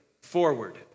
Forward